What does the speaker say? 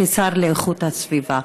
כשר לאיכות הסביבה.